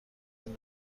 این